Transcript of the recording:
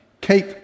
Keep